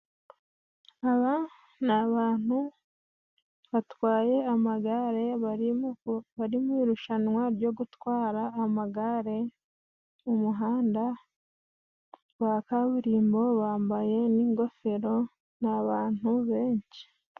Aba ni abantu batwaye amagare, bari mu irushanwa ryo gutwara amagare mu muhanda gwa kaburimbo bambaye n'ingofero n'abantu benshi.